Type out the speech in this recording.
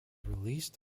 released